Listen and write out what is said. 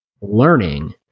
learning